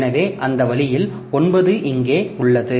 எனவே அந்த வழியில் 9 இங்கே உள்ளது